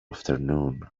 afternoon